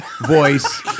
voice